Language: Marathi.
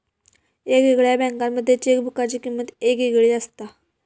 येगयेगळ्या बँकांमध्ये चेकबुकाची किमंत येगयेगळी असता